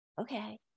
Okay